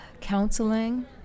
Counseling